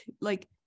like-